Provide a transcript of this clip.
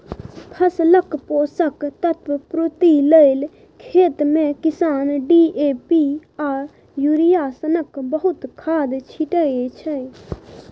फसलक पोषक तत्व पुर्ति लेल खेतमे किसान डी.ए.पी आ युरिया सनक बहुत खाद छीटय छै